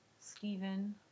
Steven